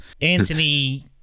Anthony